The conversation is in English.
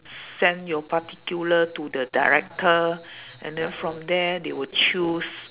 send your particular to the director and then from there they will choose